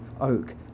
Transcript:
oak